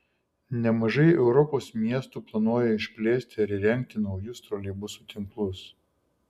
nemažai europos miestų planuoja išplėsti ar įrengti naujus troleibusų tinklus